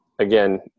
Again